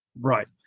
Right